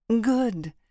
good